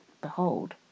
Behold